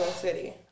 city